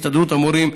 הסתדרות המורים,